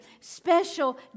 special